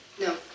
No